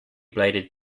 bladed